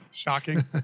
shocking